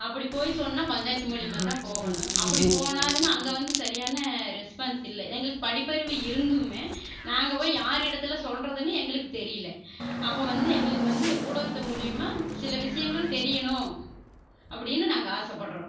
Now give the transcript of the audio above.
அப்படி போய் சொன்னால் பஞ்சாயத்து மூலியமாக தான் போகணும் அப்படி போனாலும் அங்கே வந்து சரியான ரெஸ்பான்ஸ் இல்லை எங்களுக்கு படிப்பறிவு இருந்தும் நாங்கள் போய் யாரிடத்தில் சொல்வதுனு எங்களுக்கு தெரியல அப்போ வந்து எங்களுக்கு வந்து ஊடகத்து மூலியமாக சில விஷயங்கள் தெரியணும் அப்படின்னு நாங்கள் ஆசைப்படுறோம்